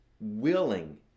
willing